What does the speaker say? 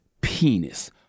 penis